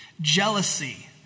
Jealousy